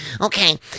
Okay